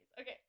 okay